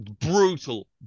Brutal